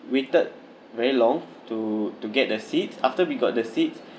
waited very long to to get the seat after we got the seats